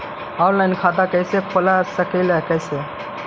Online खाता कैसे खोल सकली हे कैसे?